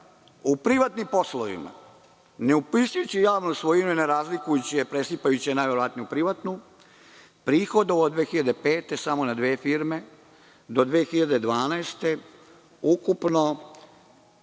u privatnim poslovima, ne upisujući javnu svojinu i ne razlikujući je, presipajući je najverovatnije u privatnu, prihodovao od 2005. godine samo na dve firme do 2012. godine